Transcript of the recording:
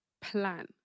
plan